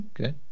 Okay